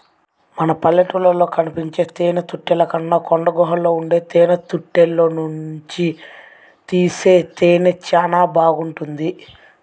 మన పల్లెటూళ్ళలో కనిపించే తేనెతుట్టెల కన్నా కొండగుహల్లో ఉండే తేనెతుట్టెల్లోనుంచి తీసే తేనె చానా బాగుంటది